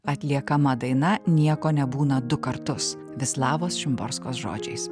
atliekama daina nieko nebūna du kartus vislavos šimborskos žodžiais